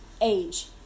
age